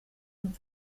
und